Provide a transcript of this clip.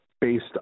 based